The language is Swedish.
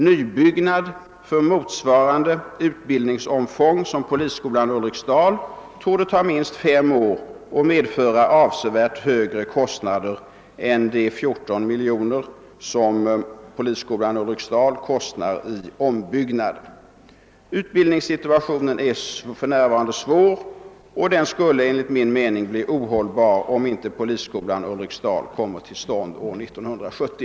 Nybyggnad för motsvarande utbildningsomfång som polisskolan Ulriksdal torde ta minst fem år och medföra avsevärt högre kostnader än de 14 miljoner kronor som polisskolan Ulriksdal kostar i ombyggnad. Utbildningssituationen är för närvarande svår, och den skulle enligt min mening bli ohållbar om inte polisskolan Ulriksdal kommer till stånd år 1970.